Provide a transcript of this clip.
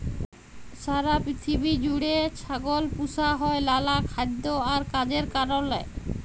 সারা পিথিবী জুইড়ে ছাগল পুসা হ্যয় লালা খাইদ্য আর কাজের কারলে